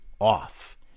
off